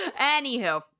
anywho